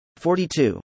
42